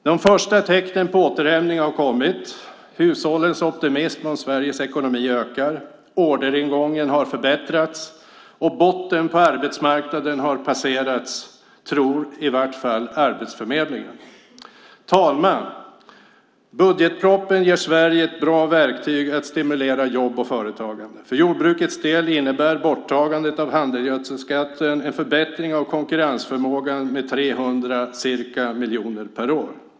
De första tecknen på återhämtning har kommit. Hushållens optimism om Sveriges ekonomi ökar. Orderingången har förbättrats, och botten på arbetsmarknaden har passerats, tror i vart fall Arbetsförmedlingen. Fru ålderspresident! Budgetpropositionen ger Sverige ett bra verktyg att stimulera jobb och företagande. För jordbrukets del innebär borttagandet av handelsgödselskatten en förbättring av konkurrensförmågan med ca 300 miljoner per år.